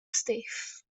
stiff